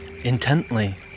intently